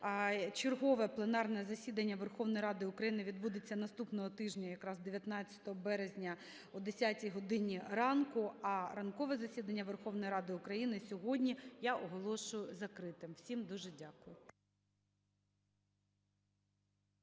Чергове пленарне засідання Верховної Ради України відбудеться наступного тижня, якраз 19 березня, о 10 годині ранку. А ранкове засідання Верховної Ради України сьогодні я оголошую закритим. Всім дуже дякую.